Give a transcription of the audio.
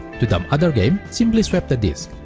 to dump other game, simply swap the disc